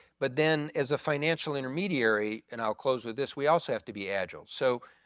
but then, as a financial intermediary and i'll close with this, we also have to be agile. so